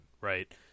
right